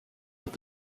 with